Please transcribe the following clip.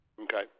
Okay